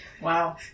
Wow